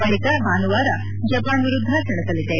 ಬಳಿಕ ಭಾನುವಾರ ಜಪಾನ್ ವಿರುದ್ದ ಸೆಣಸಲಿದೆ